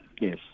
Yes